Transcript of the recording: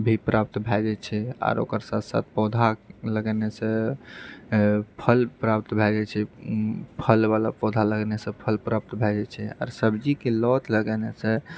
भी प्राप्त भए जाइत छै आओर ओकर साथ साथ पौधा लगेनासँ फल प्राप्त भए जाइत छै फल वला पौधा लगेनासँ फल प्राप्त भए जाइत छै आर सब्जीके लति लगेनासँ